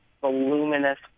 voluminous